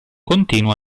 continuo